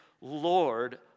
Lord